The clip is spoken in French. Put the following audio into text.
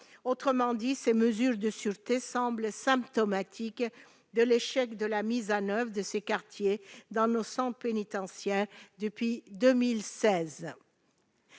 Autrement dit, ces mesures de sûreté semblent symptomatiques de l'échec de la mise en oeuvre de ces quartiers dans nos centres pénitentiaires depuis 2016.